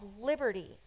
liberty